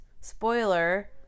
spoiler